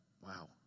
Wow